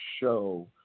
show